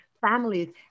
families